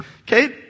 okay